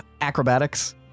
acrobatics